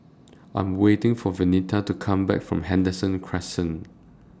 I Am waiting For Venita to Come Back from Henderson Crescent